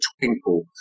twinkle